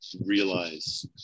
realize